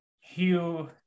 Hugh